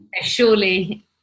Surely